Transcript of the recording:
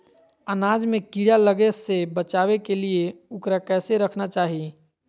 अनाज में कीड़ा लगे से बचावे के लिए, उकरा कैसे रखना चाही?